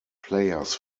players